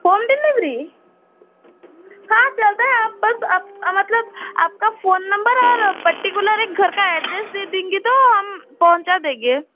home delivery हाँ चलता है आप बस मतलब आपका फोन नम्बर और पर्टिकूलर एक घर का एड्रेस दे देंगी तो हम पहुँचा दें